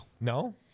No